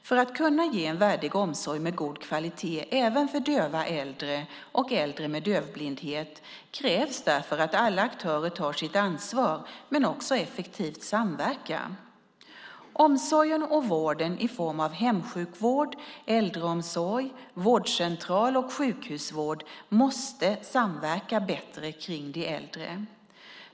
För att kunna ge en värdig omsorg med god kvalitet även för döva äldre och äldre med dövblindhet krävs därför att alla aktörer tar sitt ansvar men också effektivt samverkar. Omsorgen och vården i form av hemsjukvård, äldreomsorg, vårdcentral och sjukhusvård måste samverka bättre kring de äldre.